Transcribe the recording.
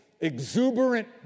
exuberant